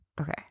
Okay